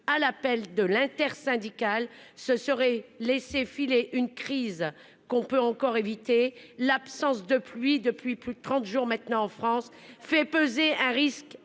à l'appel de l'intersyndicale ce serait laisser filer une crise qu'on peut encore éviter l'absence de pluie depuis plus de 30 jours maintenant France fait peser un risque